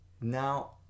now